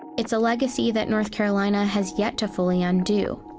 it's a legacy that north carolina has yet to fully undo.